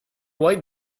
white